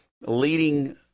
leading